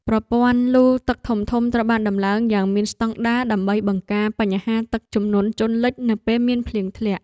ប្រព័ន្ធលូទឹកធំៗត្រូវបានដំឡើងយ៉ាងមានស្តង់ដារដើម្បីបង្ការបញ្ហាទឹកជំនន់ជន់លិចនៅពេលមានភ្លៀងធ្លាក់។